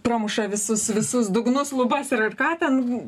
pramuša visus visus dugnus lubas ir ar ką ten